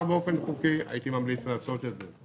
באופן חוקי הייתי ממליץ לעשות את זה.